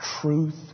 truth